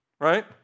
Right